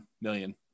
million